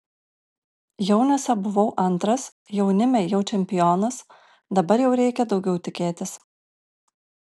jauniuose buvau antras jaunime jau čempionas dabar jau reikia daugiau tikėtis